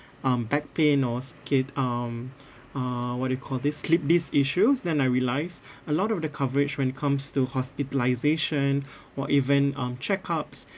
um back pain or sakit um uh what you call this slipped disc issues then I realised a lot of the coverage when it comes to hospitalisation or even um checkups